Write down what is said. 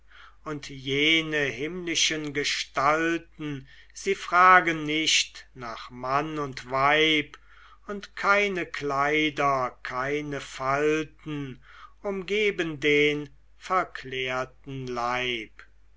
und jene himmlischen gestalten sie fragen nicht nach mann und weib und keine kleider keine falten umgeben den verklärten leib